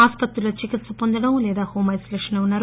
ఆస్పత్రిలో చికిత్సపొందడం లేదా హోం ఐసోలేషన్ లో ఉన్నారు